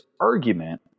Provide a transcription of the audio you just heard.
argument